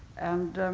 and